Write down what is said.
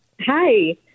Hi